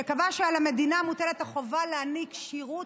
שקבע שעל המדינה מוטלת החובה להעניק שירות